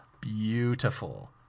beautiful